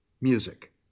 music